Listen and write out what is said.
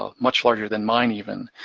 ah much larger than mine even.